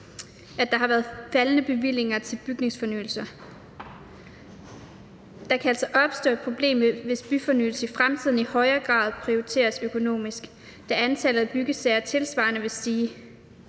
at der har været faldende bevillinger til byfornyelser. Der kan altså opstå et problem, hvis byfornyelse i fremtiden i højere grad må prioriteres økonomisk, da antallet af byggesager tilsvarende vil stige.